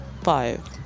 five